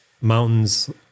mountains